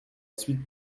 suite